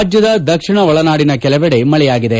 ರಾಜ್ಯದ ದಕ್ಷಿಣ ಒಳನಾಡಿನ ಕೆಲವಡೆ ಮಳೆಯಾಗಿದೆ